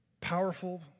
powerful